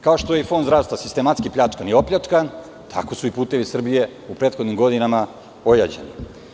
Kao što je i fond zdravstva sistematski pljačkan i opljačkan, tako su i "Putevi Srbije" u prethodnim godinama ojađeni.